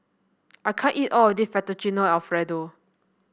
I can't eat all of this Fettuccine Alfredo